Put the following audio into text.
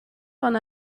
von